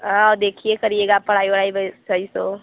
हाँ वो देखिए करिएगा पढ़ाई ओढ़ाई भाई सही से हो